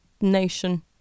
nation